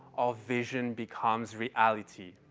our vision becomes reality.